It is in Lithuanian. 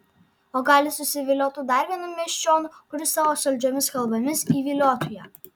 o gal ji susiviliotų dar vienu miesčioniu kuris savo saldžiomis kalbomis įviliotų ją